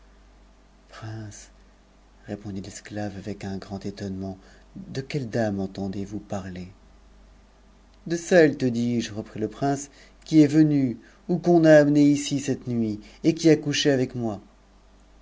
répondit l'esclave avec un grand étonnement de que c dame entendez-vous parler de celle te dis-je reprit le prince est venue ou qu'on a amenée ici cette nuit et qui a couché avec mot